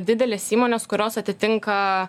didelės įmonės kurios atitinka